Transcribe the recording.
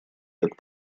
как